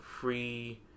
free